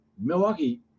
Milwaukee –